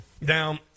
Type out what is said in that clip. Now